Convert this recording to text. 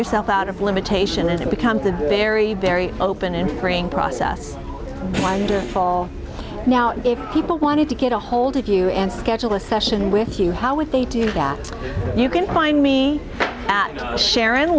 yourself out of limitation as it becomes a very very open and freeing process wonderful now if people wanted to get a hold of you and schedule a session with you how would they do that you can find me at sharon